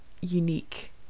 unique